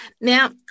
Now